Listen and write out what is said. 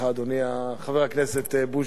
חבר הכנסת בוז'י הרצוג.